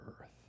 earth